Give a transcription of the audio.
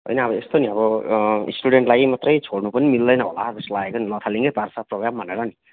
होइन अब यस्तो नि अब स्टुडेन्टलाई मात्रै छोड्नु पनि मिल्दैन होला जस्तो लागेको नि लथालिङ्गै पार्छ प्रोगम भनेर नि